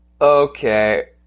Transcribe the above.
okay